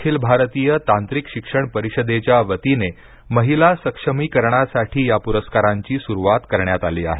अखिल भारतीय तांत्रिक शिक्षण परिषदेच्या वतीने महिला सक्षमीकरणासाठी या पुरस्कारांची सुरुवात करण्यात आली आहे